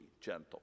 gentle